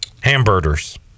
Hamburgers